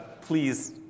please